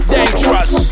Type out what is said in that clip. Dangerous